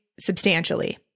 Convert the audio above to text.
substantially